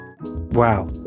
wow